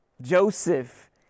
Joseph